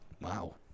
Wow